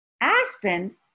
Aspen